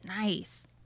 Nice